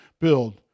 build